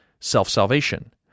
self-salvation